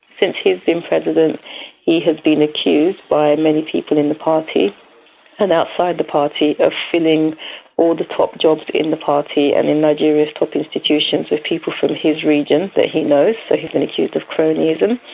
since he's been president he has been accused by many people in the party and outside the party of filling all the top jobs in the party and in nigeria's top institutions with people from his region that he knows, so he's been accused of cronyism.